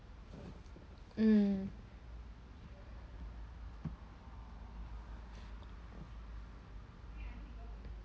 mm